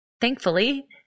thankfully